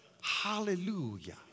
Hallelujah